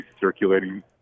circulating